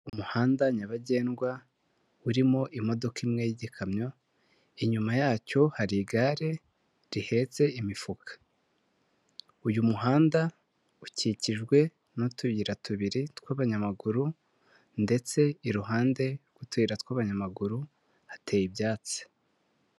Umuhanda nyabagendwa urimo imodoka imwe y'ikamyo, inyuma yacyo hari igare rihetse imifuka, uyu muhanda ukikijwe n'utuyira tubiri tw'abanyamaguru ndetse iruhande rw'utuyira tw'abanyamaguru hateye ibyatsi.